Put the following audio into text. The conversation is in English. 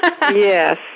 Yes